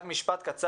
רק משפט קצר,